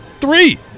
three